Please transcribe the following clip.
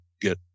get